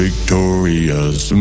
Victorious